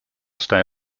stay